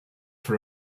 for